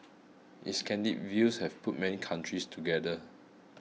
his candid views have put many countries together